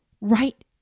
right